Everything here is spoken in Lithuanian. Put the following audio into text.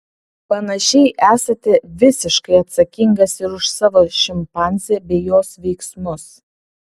panašiai esate visiškai atsakingas ir už savo šimpanzę bei jos veiksmus